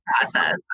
process